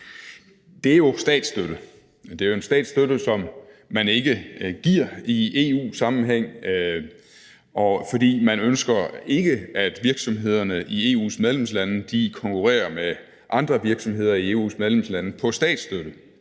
Det er jo statsstøtte, og det er en statsstøtte, som man ikke giver i EU-sammenhæng, fordi man ikke ønsker, at virksomhederne i EU's medlemslande konkurrerer på statsstøtte med andre virksomheder i EU's medlemslande. Derfor blev